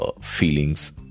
feelings